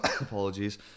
Apologies